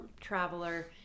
traveler